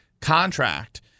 Contract